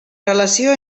relació